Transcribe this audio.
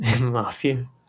Mafia